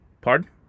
pardon